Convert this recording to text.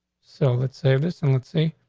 so let's say this and let's see.